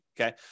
okay